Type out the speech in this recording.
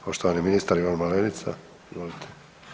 Poštovani ministar Ivan Malenica, izvolite.